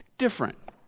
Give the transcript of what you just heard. Different